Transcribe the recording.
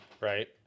right